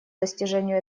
достижению